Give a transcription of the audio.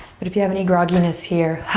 but if you have any grogginess here,